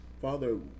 Father